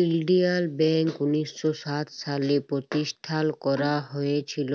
ইলডিয়াল ব্যাংক উনিশ শ সাত সালে পরতিষ্ঠাল ক্যারা হঁইয়েছিল,